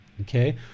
okay